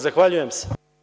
Zahvaljujem se.